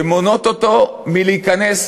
שמונעות ממנו להיכנס